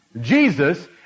Jesus